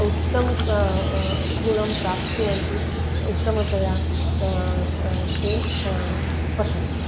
उत्तमं गुणं प्राप्तुवन्ति उत्तमतया ते पठन्ति